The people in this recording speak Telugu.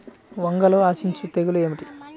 వంగలో ఆశించు తెగులు ఏమిటి?